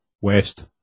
West